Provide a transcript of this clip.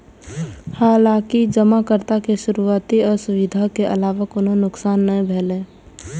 हालांकि जमाकर्ता के शुरुआती असुविधा के अलावा कोनो नुकसान नै भेलै